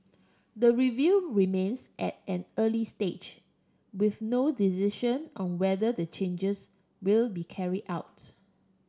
the review remains at an early stage with no decision on whether the changes will be carry out